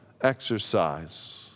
exercise